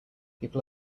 people